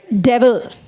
devil